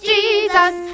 Jesus